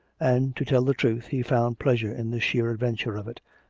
and, to tell the truth, he found pleasure in the sheer adventure of it,